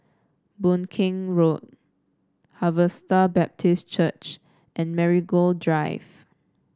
Boon Keng Road Harvester Baptist Church and Marigold Drive